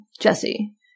Jesse